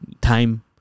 time